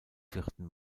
vierten